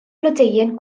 blodeuyn